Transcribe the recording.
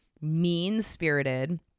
mean-spirited